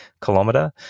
kilometer